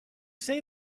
say